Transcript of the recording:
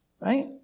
right